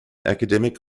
academic